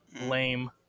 lame